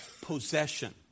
possession